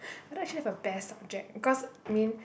I don't actually have a best subject because I mean